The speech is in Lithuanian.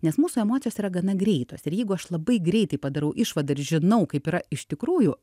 nes mūsų emocijos yra gana greitos ir jeigu aš labai greitai padarau išvadą ir žinau kaip yra iš tikrųjų